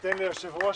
תודה רבה על הבחירה.